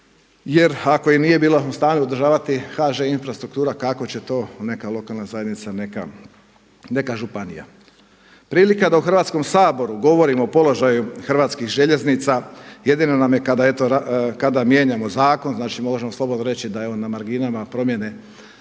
jer ako i nije bila u stanju održavati HŽ infrastruktura kako će to neka lokalna zajednica, neka županija, neka županija. Prilika da u Hrvatskom saboru govorimo o položaju Hrvatskih željeznica jedino nam je kada eto, kada mijenjamo zakon, znači možemo slobodno reći da evo na marginama promjene